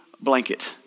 blanket